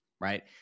right